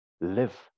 live